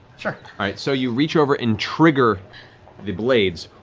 so you reach over and trigger the blades,